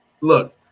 look